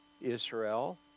Israel